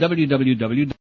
www